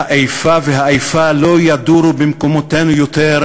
והאיפה ואיפה לא ידורו במקומותינו עוד,